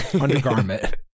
undergarment